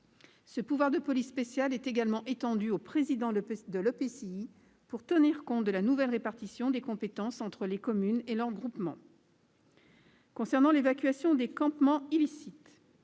Ce pouvoir de police spéciale est également étendu au président de l'EPCI, pour tenir compte de la nouvelle répartition des compétences entre les communes et leurs groupements. Concernant l'évacuation des campements illicites,